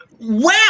Wow